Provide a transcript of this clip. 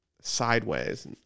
Sideways